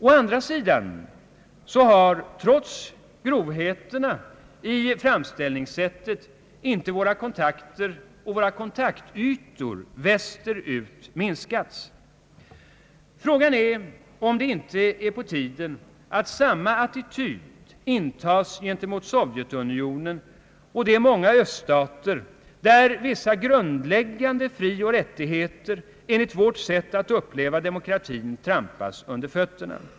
Å andra sidan har, trots grovheterna i framställningssättet, icke våra kontaktytor västerut minskats. Frågan är om det inte är på tiden att samma attityd intas gentemot Sovjetunionen och de många öststater, där vissa grundläggande frioch rättigheter enligt vårt sätt att uppfatta demokratin trampas under fötterna.